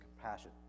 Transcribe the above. compassion